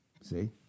see